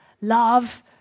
Love